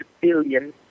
billion